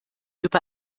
über